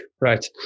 Right